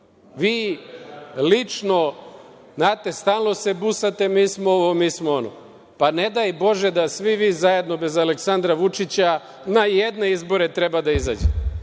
lično, znate, stalno se busate mi smo ovo, mi smo ono. Ne daj Bože da svi vi zajedno bez Aleksandra Vučića na jedne izbore treba da izađete.